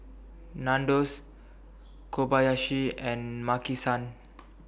Nandos Kobayashi and Maki San